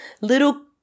little